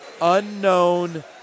unknown